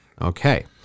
Okay